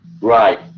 Right